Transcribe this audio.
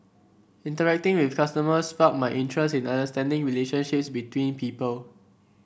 interacting with customers sparked my interest in understanding relationships between people